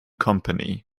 company